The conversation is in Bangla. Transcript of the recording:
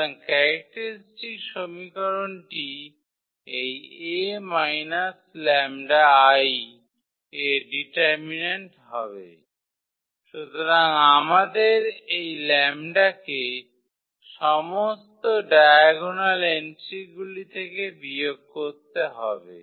সুতরাং ক্যারেক্টারিস্টিক সমীকরণটি এই 𝐴 − 𝜆𝐼 এর ডিটারমিন্যান্ট হবে সুতরাং আমাদের এই λ কে সমস্ত ডায়াগোনাল এন্ট্রিগুলি থেকে বিয়োগ করতে হবে